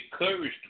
encouraged